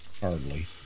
Hardly